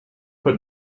put